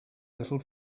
little